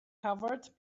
covered